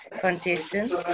Contestants